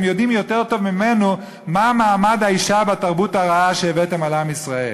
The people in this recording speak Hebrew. יודעים יותר טוב ממנוּ מה מעמד האישה בתרבות הרעה שהבאתם על עם ישראל.